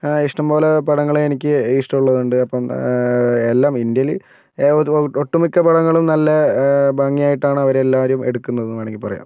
ഇഷ്ടം പോലെ പടങ്ങൾ എനിക്ക് ഇഷ്ടമുള്ളത് ഉണ്ട് അപ്പം എല്ലാം ഇന്ത്യയിൽ ഒട്ടുമിക്ക പടങ്ങളും നല്ല ഭംഗിയായിട്ടാണ് അവർ എല്ലാവരും എടുക്കുന്നത് എന്ന് വേണമെങ്കിൽ പറയാം